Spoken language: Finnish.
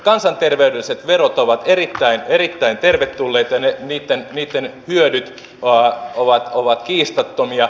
kansainterveydelliset verot ovat erittäin erittäin tervetulleita ja niitten hyödyt ovat kiistattomia